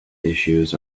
issues